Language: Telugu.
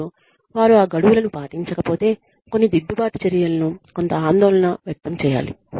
మరియు వారు ఆ గడువులను పాటించకపోతే కొన్ని దిద్దుబాటు చర్యలను కొంత ఆందోళన వ్యక్తం చేయాలి